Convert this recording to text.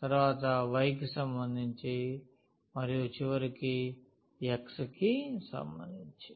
తరువాత y కి సంబంధించి మరియు చివరికి x కి సంబంధించి